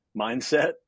mindset